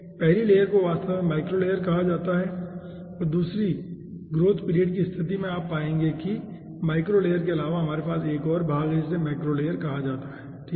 पहली लेयर को वास्तव में माइक्रो लेयर कहा जाता था और दूसरी ग्रोथ पीरियड की स्तिथि में आप पाएंगे कि माइक्रो लेयर के अलावा हमारे पास एक और भाग है जिसे मैक्रो लेयर कहा जाता है ठीक है